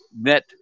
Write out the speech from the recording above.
net